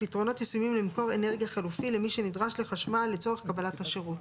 ופתרונות ישימים למקור אנרגיה חלופי למי שנדרש לחשמל לצורך קבלת השירות,